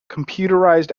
computerized